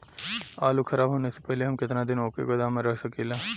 आलूखराब होने से पहले हम केतना दिन वोके गोदाम में रख सकिला?